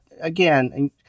again